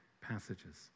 passages